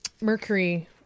Mercury